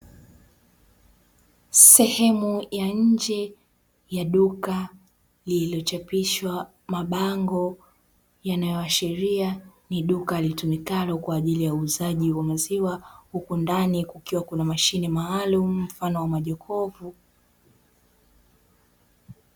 Sehemu ya nje ya duka, lililochapishwa mabango yanayoashiria ni duka litumikalo kwa ajili ya uuzaji wa maziwa, huku ndani kukiwa kuna na mashine maalumu mfano wa majokofu.